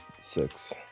six